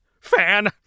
Fan